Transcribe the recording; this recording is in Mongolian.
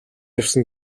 явсан